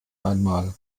einmal